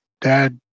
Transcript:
Dad